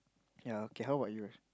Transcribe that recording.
ya okay how about you